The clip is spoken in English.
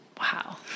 Wow